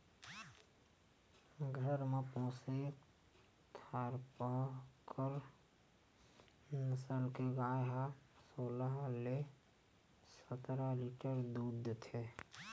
घर म पोसे थारपकर नसल के गाय ह सोलह ले सतरा लीटर दूद देथे